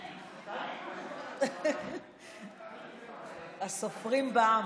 30. הסופרים בע"מ.